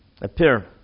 Appear